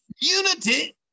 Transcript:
unity